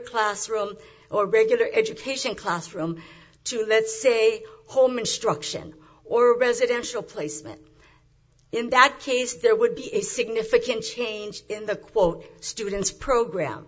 classroom or regular education classroom to let's say home instruction or residential placement in that case there would be a significant change in the quote students program